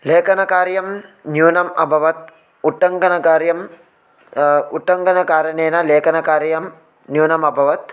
लेखनकार्यं न्यूनम् अभवत् उट्टङ्कणकार्यम् उट्टङ्कणकारणेन लेखनकार्यं न्यूनम् अभवत्